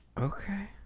Okay